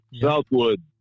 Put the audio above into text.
Southwood